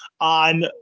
on